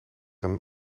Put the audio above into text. een